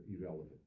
irrelevant